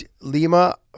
Lima